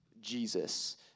Jesus